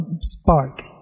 spark